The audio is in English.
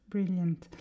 Brilliant